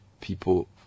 people